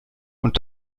und